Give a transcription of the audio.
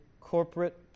corporate